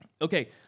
Okay